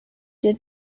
did